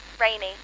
rainy